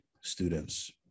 students